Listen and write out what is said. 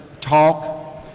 talk